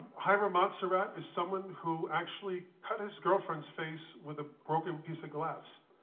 hiram monserrate is someone who actually cut his girlfriend's face with a broken piece of glass.